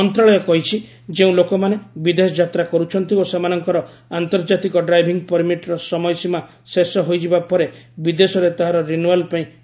ମନ୍ତ୍ରଣାଳୟ କହିଛି ଯେଉଁ ଲୋକମାନେ ବିଦେଶ ଯାତ୍ରା କରୁଛନ୍ତି ଓ ସେମାନଙ୍କର ଆନ୍ତର୍ଜାତିକ ଡ୍ରାଇଭିଂ ପରମିଟ୍ର ସମୟସୀମା ଶେଷ ହୋଇଯିବା ପରେ ବିଦେଶରେ ତାହାର ରିନୱାଲ ପାଇଁ କୌଣସି ବ୍ୟବସ୍ଥା ନାହିଁ